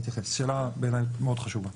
שאלה מאוד חשובה.